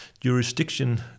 jurisdiction